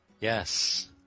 Yes